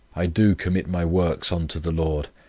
i do commit my works unto the lord,